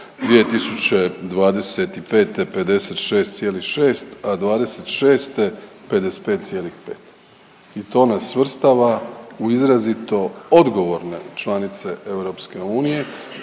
2025. 56,6, a '26. 55,5 i to nas svrstava u izrazito odgovorne članice EU